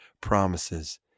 promises